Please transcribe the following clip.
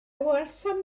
welsom